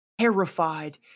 terrified